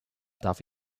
darf